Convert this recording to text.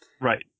Right